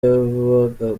yavaga